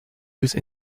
use